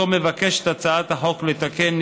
שאותו מבקשת הצעת החוק לתקן,